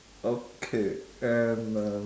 okay and um